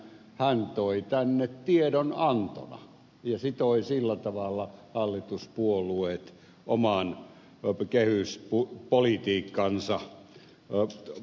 hän toi tänne tiedonannon ja sitoi sillä tavalla hallituspuolueet oman kehyspolitiikkansa vankkureiden eteen